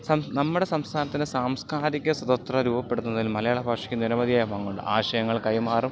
നമ്മുടെ സംസ്ഥാനത്തിന് സാംസ്കാരിക സ്വതത്ര രൂപപ്പെടുന്നതിനും മലയാള ഭാഷയ്ക്ക് നിരവധിയായ പങ്കുണ്ട് ആശയങ്ങൾ കൈമാറും